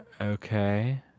Okay